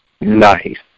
nice